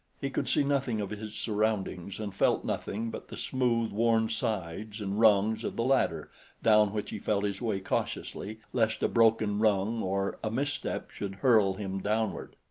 he could see nothing of his surroundings and felt nothing but the smooth, worn sides and rungs of the ladder down which he felt his way cautiously lest a broken rung or a misstep should hurl him downward.